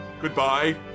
Goodbye